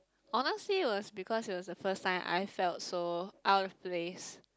honestly was because it was the first time I felt so out of list